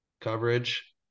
coverage